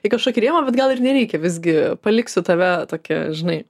į kažkokį rėmą bet gal ir nereikia visgi paliksiu tave tokia žinai